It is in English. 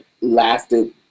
lasted